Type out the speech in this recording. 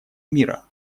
мира